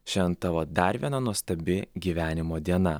šian tavo dar viena nuostabi gyvenimo diena